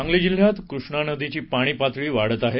सांगली जिल्ह्यात कृष्णा नदीची पाणी पातळी वाढत आहे